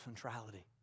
centrality